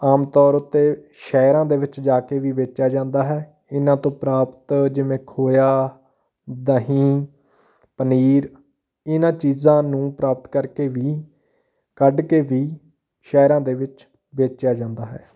ਆਮ ਤੌਰ ਉੱਤੇ ਸ਼ਹਿਰਾਂ ਦੇ ਵਿੱਚ ਜਾ ਕੇ ਵੀ ਵੇਚਿਆ ਜਾਂਦਾ ਹੈ ਇਹਨਾਂ ਤੋਂ ਪ੍ਰਾਪਤ ਜਿਵੇਂ ਖੋਇਆ ਦਹੀਂ ਪਨੀਰ ਇਹਨਾਂ ਚੀਜ਼ਾਂ ਨੂੰ ਪ੍ਰਾਪਤ ਕਰਕੇ ਵੀ ਕੱਢ ਕੇ ਵੀ ਸ਼ਹਿਰਾਂ ਦੇ ਵਿੱਚ ਵੇਚਿਆ ਜਾਂਦਾ ਹੈ